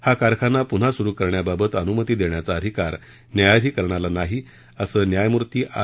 हा कारखाना पुन्हा सुरु करण्याबाबत अनुमती देण्याचा अधिकार न्यायाधिकरणाला नाही असं न्यायमूर्ती आर